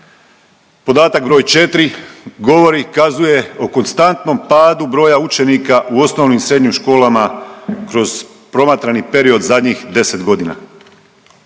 Podatak br. 4., govori, kazuje o konstantnom padu broja učenika u osnovnim i srednjim školama kroz promatrani period zadnjih 10.g..